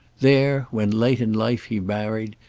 there, when late in life he married,